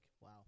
wow